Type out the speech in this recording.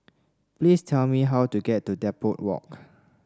please tell me how to get to Depot Walk